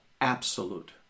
absolute